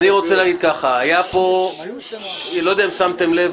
לא יודע אם שמתם לב,